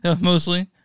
Mostly